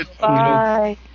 Bye